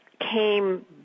came